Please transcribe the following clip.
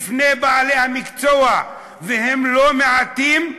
בפני בעלי המקצוע, והם לא מעטים,